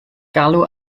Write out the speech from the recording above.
galw